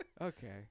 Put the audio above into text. Okay